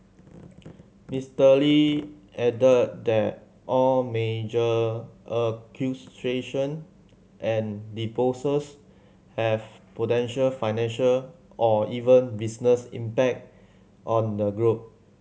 Mister Lee added that all major acquisition and disposals have potential financial or even business impact on the group